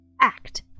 act